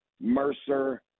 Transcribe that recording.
Mercer